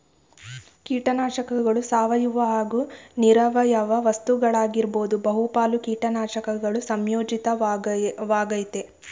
ಕೀಟನಾಶಕಗಳು ಸಾವಯವ ಹಾಗೂ ನಿರವಯವ ವಸ್ತುಗಳಾಗಿರ್ಬೋದು ಬಹುಪಾಲು ಕೀಟನಾಶಕಗಳು ಸಂಯೋಜಿತ ವಾಗಯ್ತೆ